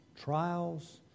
trials